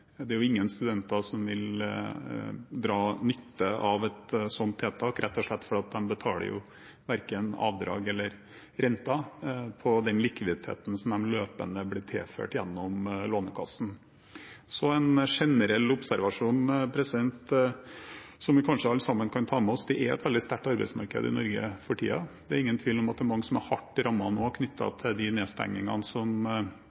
Det er ingen studenter som vil dra nytte av et sånt tiltak – rett og slett fordi de verken betaler avdrag eller renter på likviditeten som de løpende blir tilført gjennom Lånekassen. Så en generell observasjon som vi alle sammen kanskje kan ta med oss: Det er et veldig sterkt arbeidsmarked i Norge for tiden. Det er ingen tvil om at det er mange som er hardt rammet knyttet til nedstengningene som